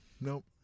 Nope